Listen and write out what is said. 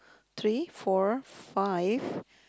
three four five